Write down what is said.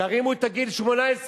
תעלו את הגיל ל-18,